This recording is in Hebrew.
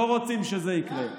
לא רוצים שזה יקרה.